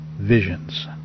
visions